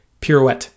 pirouette